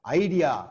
idea